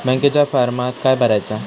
बँकेच्या फारमात काय भरायचा?